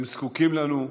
הם זקוקים לנו.